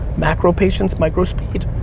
macro patience, micro speed.